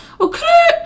okay